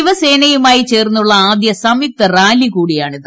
ശിവസേനയുമായി ചേർന്നുള്ള സംയുക്ത റാലി കൂടിയാണിത്